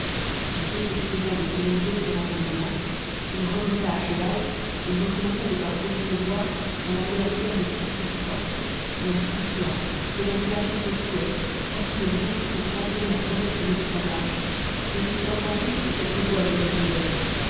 désespérant d'obtenir d'autres renseignements il remonta à cheval et recommença de parcourir le bois en appelant pierre de toutes ses forces et en sifflant faisant claquer son fouet cassant les branches pour remplir la forêt du bruit de sa marche écoutant ensuite si quelque voix lui répondait